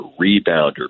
rebounder